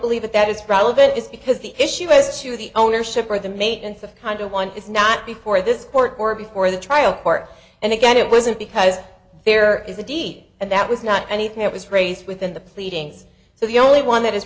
believe that that is relevant is because the issue as to the ownership or the maintenance of kind of one if not before this court or before the trial court and again it wasn't because there is a deed and that was not anything it was raised within the pleadings so the only one that is